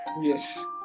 Yes